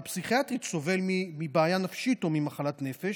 פסיכיאטרית סובל מבעיה נפשית או ממחלת נפש.